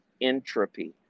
entropy